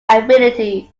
abilities